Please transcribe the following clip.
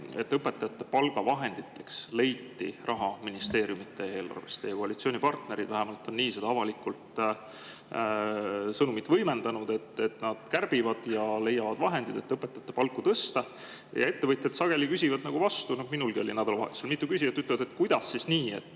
et õpetajate palgavahenditeks leiti raha ministeeriumide eelarvest. Teie koalitsioonipartnerid vähemalt on nii seda sõnumit avalikult võimendanud, et nad kärbivad ja leiavad vahendid, et õpetajate palka tõsta. Ettevõtjad sageli küsivad vastu – minulgi oli nädalavahetusel mitu küsijat –, kuidas siis nii,